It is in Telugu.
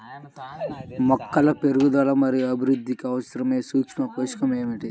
మొక్కల పెరుగుదల మరియు అభివృద్ధికి అవసరమైన సూక్ష్మ పోషకం ఏమిటి?